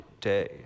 day